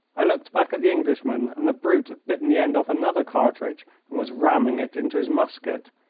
i looked back at the englishman, and the brute had bitten the end off another cartridge and was ramming it into his musket,